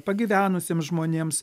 pagyvenusiems žmonėms